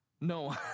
no